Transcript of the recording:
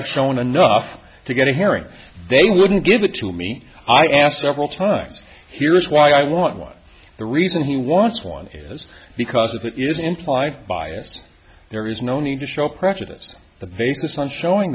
i've shown enough to get a hearing they wouldn't give it to me i asked several times here's why i want one the reason he wants one is because it is in five bias there is no need to show prejudice the basis on showing